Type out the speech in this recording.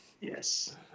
Yes